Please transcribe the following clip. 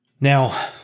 Now